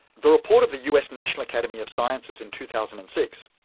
the report of the us national academy of sciences in two thousand and six,